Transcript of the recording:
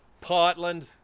Portland